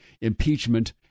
impeachment